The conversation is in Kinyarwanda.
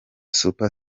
super